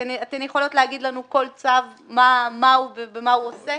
אתן יכולות לומר לנו כל צו מה הוא ובמה הוא עוסק?